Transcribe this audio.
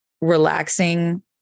relaxing